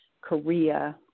Korea